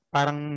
parang